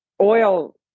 oil